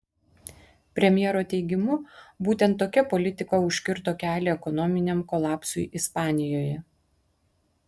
premjero teigimu būtent tokia politika užkirto kelią ekonominiam kolapsui ispanijoje